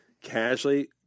casually